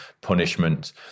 punishment